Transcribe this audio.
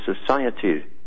Society